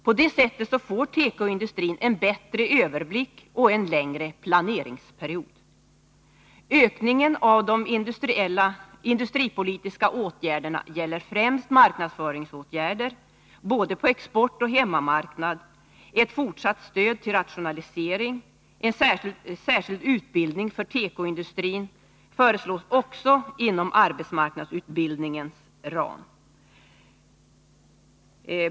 På det sättet får tekoindustrin en bättre överblick och en längre planeringsperiod. Ökningen av de industripolitiska åtgärderna gäller främst marknadsföringsåtgärder, både på exportmarknad och på hemmamarknad, samt ett fortsatt stöd till rationalisering. En särskild utbildning för tekoindustrin föreslås också inom arbetsmarknadsutbildningens ram.